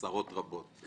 עשרות רבות.